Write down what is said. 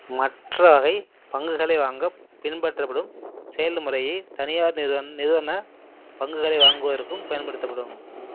மற்ற வகை பங்குகளை வாங்க பின்பற்றப்படும் செயல்முறையே தனியார் நிறுவன நிறுவன பங்குகளை வாங்குவதற்கும் பயன்படுத்தப்படும்